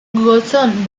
gotzon